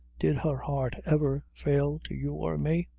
did her heart ever fail to you or me?